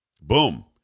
Boom